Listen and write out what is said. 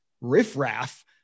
riffraff